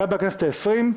גם בכנסת ה-20.